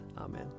Amen